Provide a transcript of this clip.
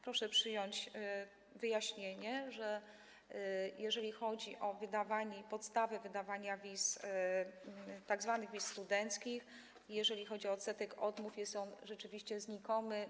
Proszę przyjąć wyjaśnienie, że jeżeli chodzi o wydawanie, podstawę wydawania wiz, tzw. wiz studenckich, jeżeli chodzi o odsetek odmów, jest on rzeczywiście znikomy.